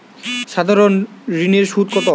সাধারণ ঋণের সুদ কত?